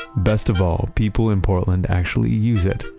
best of all, people in portland actually use it.